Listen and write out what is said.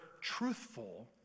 truthful